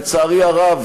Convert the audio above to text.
לצערי הרב,